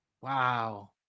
Wow